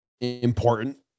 important